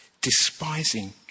despising